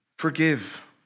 Forgive